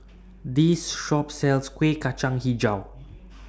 This Shop sells Kueh Kacang Hijau